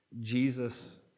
Jesus